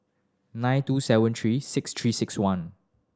nine two seven three six Three Six One